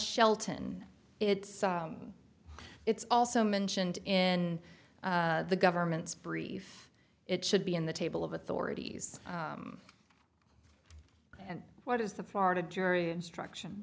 shelton it's it's also mentioned in the government's brief it should be in the table of authorities and what is the florida jury instruction